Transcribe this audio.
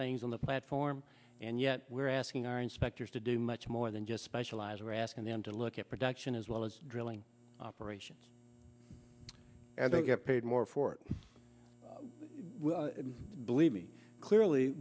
things on the platform and yet we're asking our inspectors to do much more than just specialize we're asking them to look at production as well as drilling operations and they get paid more for it and believe me clearly